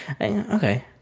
okay